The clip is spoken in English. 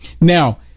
Now